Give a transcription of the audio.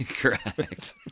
Correct